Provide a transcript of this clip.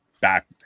back